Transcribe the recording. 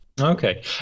Okay